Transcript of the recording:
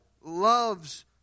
loves